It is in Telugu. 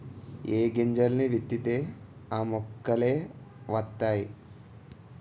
ఏ గింజల్ని విత్తితే ఆ మొక్కలే వతైయి